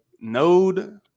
Node